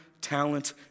talent